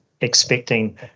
expecting